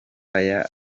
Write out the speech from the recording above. aya